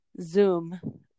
Zoom